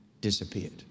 disappeared